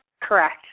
Correct